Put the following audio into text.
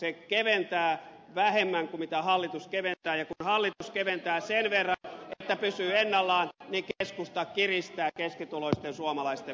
se keventää vähemmän kuin hallitus keventää ja kun hallitus keventää sen verran että pysyy ennallaan niin keskusta kiristää keskituloisten suomalaisten verotusta